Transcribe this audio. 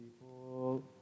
people